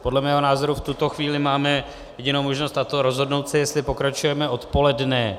Podle mého názoru v tuto chvíli máme jedinou možnost, a to rozhodnout se hned, jestli pokračujeme odpoledne.